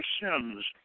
sins